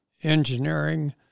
engineering